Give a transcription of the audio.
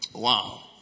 Wow